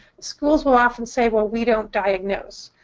schools will often say, well, we don't diagnose.